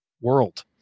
world